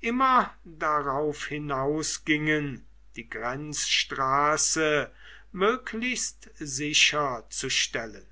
immer darauf hinausgingen die grenzstraße möglichst sicher zu stellen